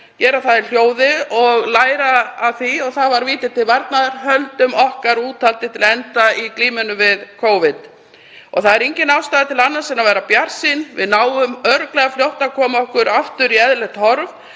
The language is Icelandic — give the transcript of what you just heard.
gera það í hljóði og læra af því. Það var víti til varnaðar. Höldum okkar úthaldi til enda í glímunni við Covid. Það er engin ástæða til annars en að vera bjartsýn. Við náum örugglega fljótt að koma okkur aftur í eðlilegt horf.